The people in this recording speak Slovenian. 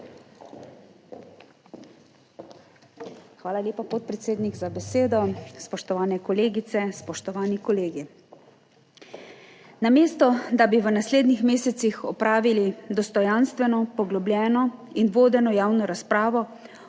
Hvala lepa podpredsednik za besedo. Spoštovane kolegice, spoštovani kolegi! Namesto, da bi v naslednjih mesecih opravili dostojanstveno, poglobljeno in vodeno javno razpravo